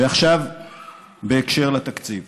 ועכשיו בקשר לתקציב,